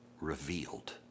revealed